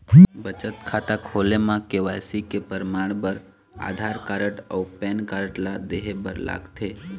बचत खाता खोले म के.वाइ.सी के परमाण बर आधार कार्ड अउ पैन कार्ड ला देहे बर लागथे